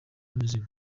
amazing